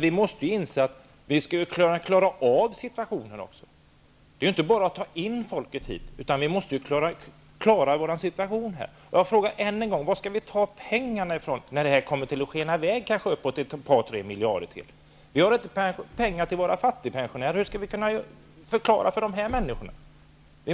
Vi måste inse att vi också skall kunna klara av situationen. Jag frågar än en gång: Varifrån skall vi ta pengarna när det här kommer att skena i väg kanske uppåt ett par tre miljarder kronor till? Vi har inte ens pengar till våra fattigpensionärer. Hur skall vi kunna förklara ett sådant agerande för dem? Vi